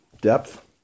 depth